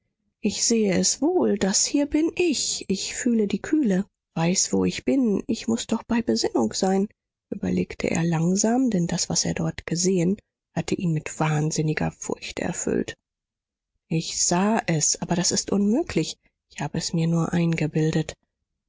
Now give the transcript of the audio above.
ich sehe es wohl das hier bin ich ich fühle die kühle weiß wo ich bin ich muß doch bei besinnung sein überlegte er langsam denn das was er dort gesehen hatte ihn mit wahnsinniger furcht erfüllt ich sah es aber das ist unmöglich ich habe es mir nur eingebildet